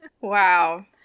wow